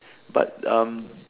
but